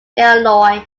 illinois